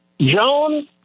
Joan